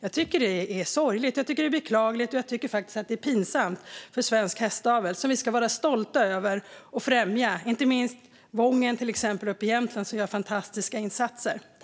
Det är sorgligt och beklagligt. Jag tycker faktiskt att det är pinsamt för svensk hästavel som vi ska vara stolta över och främja. Det gäller till exempel inte minst Wången uppe i Jämtland som gör fantastiska insatser.